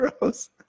gross